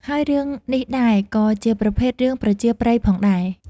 ហើយរឿងនេះដែរ ក៏ជាប្រភេទរឿងប្រជាប្រិយផងដែរ។